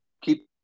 Keep